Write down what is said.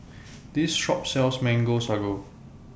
This Shop sells Mango Sago